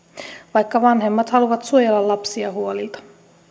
vaikka vanhemmat haluavat suojella lapsia huolilta